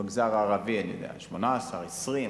במגזר הערבי 18% 20%,